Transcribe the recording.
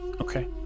Okay